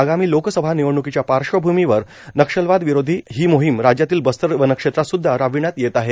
आगामी लोकसभा निवडण्कीच्या पार्श्वभूमीवर नक्षलवाद विरोधी ही मोहिम राज्यातील बस्तर वनक्षेत्रात सुद्धा राबविण्यात येत आहे